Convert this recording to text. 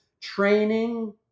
training